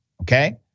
okay